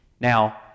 Now